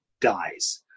dies